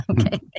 Okay